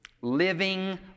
Living